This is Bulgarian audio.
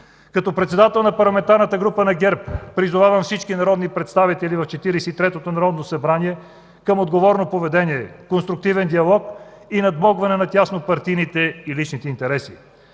Като председател на Парламентарната група на ГЕРБ призовавам всички народни представители в Четиридесет и третото народно събрание към отговорно поведение, конструктивен диалог и надмогване на теснопартийните и личните интереси.